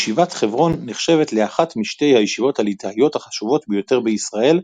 ישיבת חברון נחשבת לאחת משתי הישיבות הליטאיות החשובות ביותר בישראל,